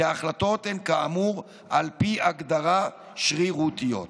כי ההחלטות הן כאמור, על פי ההגדרה, שרירותיות.